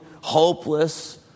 hopeless